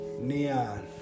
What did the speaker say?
Neon